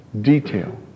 detail